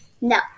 No